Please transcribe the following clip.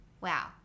wow